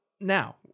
now